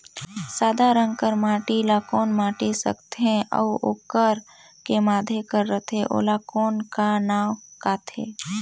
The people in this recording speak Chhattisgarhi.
सादा रंग कर माटी ला कौन माटी सकथे अउ ओकर के माधे कर रथे ओला कौन का नाव काथे?